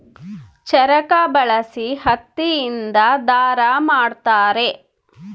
ಚರಕ ಬಳಸಿ ಹತ್ತಿ ಇಂದ ದಾರ ಮಾಡುತ್ತಾರೆ